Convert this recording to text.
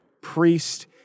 priest